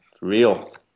real